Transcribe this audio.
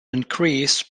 increased